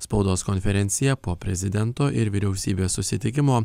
spaudos konferenciją po prezidento ir vyriausybės susitikimo